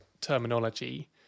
terminology